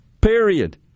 period